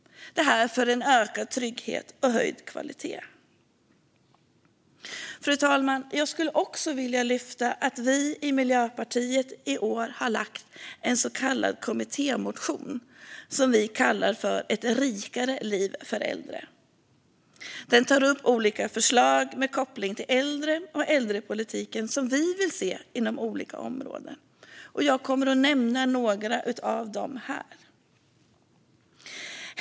Detta för ökad trygghet och höjd kvalitet. Fru talman! Jag vill lyfta fram att vi i Miljöpartiet i år har lämnat en så kallad kommittémotion som vi kallar Ett rikare liv för äldre . Den tar upp olika förslag med koppling till äldre och äldrepolitik som vi vill se inom olika områden. Jag ska nämna några av dem.